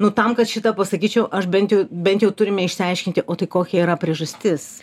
nu tam kad šitą pasakyčiau aš bent jau bent jau turime išsiaiškinti o tai kokia yra priežastis